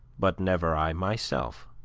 but never i myself.